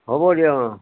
হ'ব দিয়ক